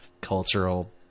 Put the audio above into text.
cultural